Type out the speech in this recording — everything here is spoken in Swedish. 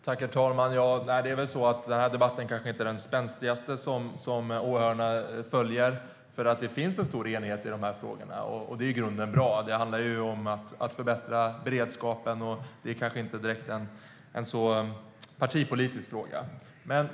Herr talman! Den här debatten är kanske inte den spänstigaste som åhörarna följer. Det finns en stor enighet i de här frågorna, vilket i grunden är bra. Det handlar om att förbättra beredskapen, och det kanske inte direkt är en partipolitisk fråga.